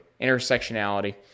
intersectionality